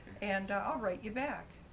and i'll write you back!